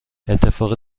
اتفاق